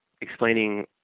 explaining